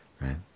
Right